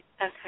Okay